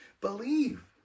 Believe